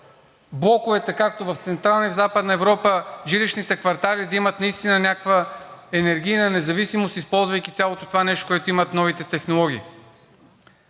блоковете, както в Централна и Западна Европа, жилищните квартали да имат наистина някаква енергийна независимост, използвайки цялото това нещо, което имат новите технологии.